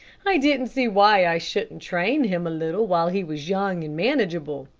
i didn't see why i shouldn't train him a little while he was young and manageable.